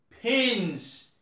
pins